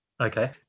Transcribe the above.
Okay